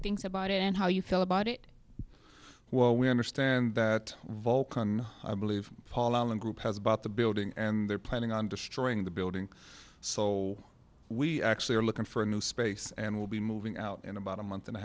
things about it and how you feel about it well we understand that vulcan i believe paul allen group has bought the building and they're planning on destroying the building so we actually are looking for a new space and will be moving out in about a month and a